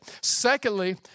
Secondly